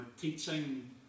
teaching